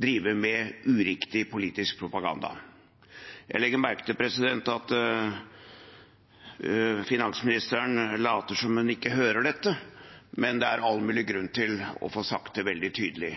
driver med uriktig politisk propaganda. Jeg legger merke til at finansministeren later som hun ikke hører dette, men det er all mulig grunn til å få sagt det veldig